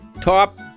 top